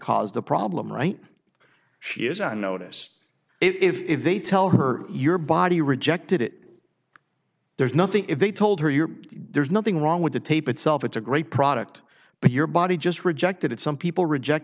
caused the problem right she is on notice if they tell her your body rejected it there's nothing if they told her you're there's nothing wrong with the tape itself it's a great product but your body just rejected it some people reject